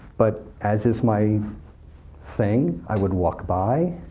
but as is my thing, i would walk by,